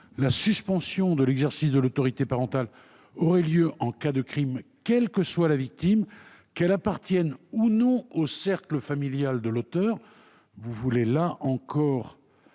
la suspension de l'exercice de l'autorité parentale aurait lieu en cas de crime, quelle que soit la victime, qu'elle appartienne ou non au cercle familial de l'auteur. Une nouvelle fois,